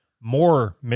more